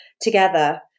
together